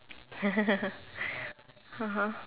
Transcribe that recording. (uh huh)